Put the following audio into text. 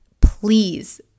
please